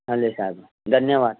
हले साहिबु धन्यवाद